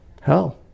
Hell